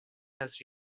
has